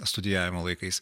studijavimo laikais